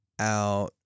out